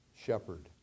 shepherd